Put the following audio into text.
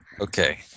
Okay